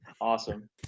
awesome